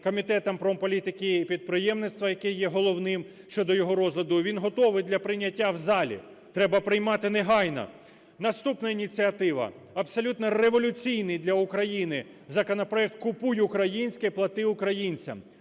Комітетом промполітики і підприємництва, який є головним щодо його розгляду, він готовий для прийняття в залі. Треба приймати негайно. Наступна ініціатива - абсолютно революційний для України законопроект: "Купуй українське, плати українцям".